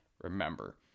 remember